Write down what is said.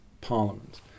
Parliament